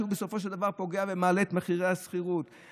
שבסופו של דבר פוגע ומעלה את מחירי השכירות,